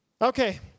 Okay